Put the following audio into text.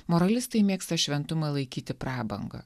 moralistai mėgsta šventumą laikyti prabanga